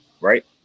right